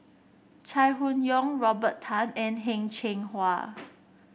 Chai Hon Yoong Robert Tan and Heng Cheng Hwa